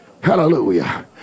Hallelujah